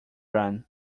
run